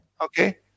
Okay